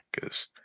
Cause